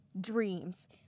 dreams